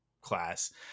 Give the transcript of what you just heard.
class